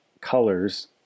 colors